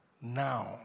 now